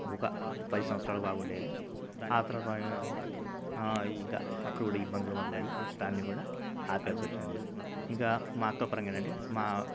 ఒక పది సంవత్సరాలు బాగుండేది తర్వాత ఏమయిందంటే ఇంకా అక్కడ కూడా ఈ మందులు మొదలయ్యి దాన్ని కూడా ఆపేయాల్సి వచ్చింది ఇంకా మా అక్క పరంగా ఏందంటే మా